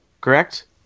correct